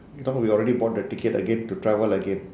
you know we already bought the ticket again to travel again